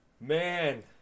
Man